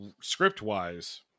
script-wise